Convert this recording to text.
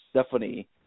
Stephanie